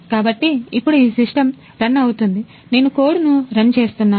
కాబట్టి ఇప్పుడు ఈ సిస్టమ్ రన్ అవుతోంది నేను కోడ్ ను రన్ చేస్తున్నాను